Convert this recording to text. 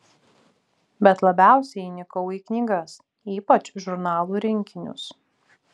bet labiausiai įnikau į knygas ypač žurnalų rinkinius